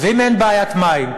אז אם אין בעיית מים,